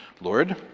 Lord